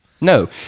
No